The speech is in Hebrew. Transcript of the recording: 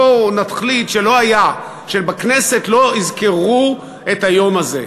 בואו נחליט שלא היה, שבכנסת לא יזכרו את היום הזה,